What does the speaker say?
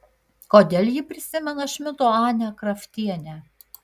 kodėl ji prisimena šmito anę kraftienę